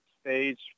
stage